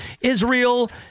Israel